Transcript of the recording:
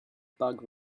bug